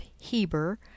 Heber